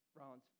Rollins